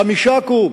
5 קוב,